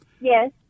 Yes